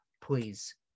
please